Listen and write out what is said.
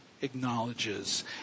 acknowledges